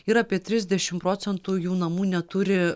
ir apie trisdešim procentų jų namų neturi